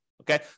Okay